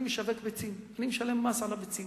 אני משווק ביצים, ואני משלם מס על הביצים.